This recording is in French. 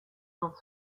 dans